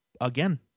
again